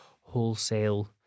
wholesale